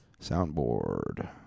Soundboard